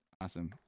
Awesome